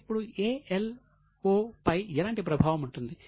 ఇప్పుడు A L O పై ఎలాంటి ప్రభావం ఉంటుంది